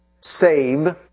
save